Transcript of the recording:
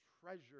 treasure